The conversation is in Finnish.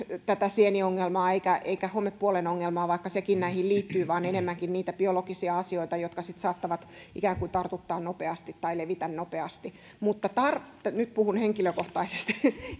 tätä sieniongelmaa eikä homepuolen ongelmaa vaikka sekin näihin liittyy vaan enemmänkin niitä biologisia asioita jotka sitten saattavat ikään kuin tartuttaa nopeasti tai levitä nopeasti mutta nyt puhun henkilökohtaisesti